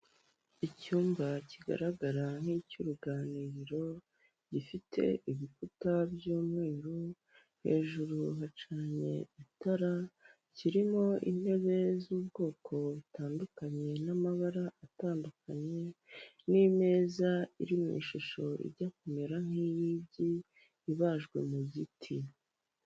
Icyumba kigaragara nk'icy'uruganiriro gifite ibikuta by'umweru, hejuru hacanye itara, kirimo intebe z'ubwoko butandukanye n'amabara atandukanye, n'imeza iri mu ishusho ijya kumera nk'iy'igi ibajwe mu giti.